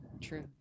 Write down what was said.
True